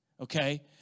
Okay